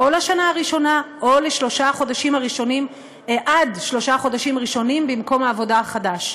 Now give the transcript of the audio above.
או לשנה הראשונה או עד שלושה חודשים ראשונים במקום העבודה החדש.